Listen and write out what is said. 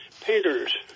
painter's